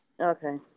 Okay